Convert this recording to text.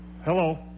Hello